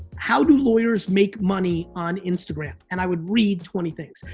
how do lawyers make money on instagram? and i would read twenty things.